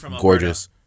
gorgeous